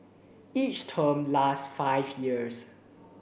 each term lasts five years